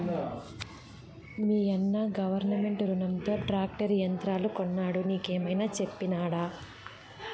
మీయన్న గవర్నమెంట్ రునంతో ట్రాక్టర్ యంత్రాలు కొన్నాడు నీకేమైనా చెప్పినాడా